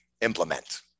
implement